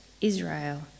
Israel